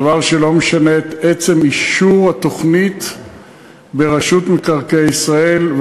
דבר שלא משנה את עצם אישור התוכנית במועצת מקרקעי ישראל,